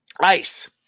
Ice